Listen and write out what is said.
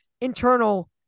internal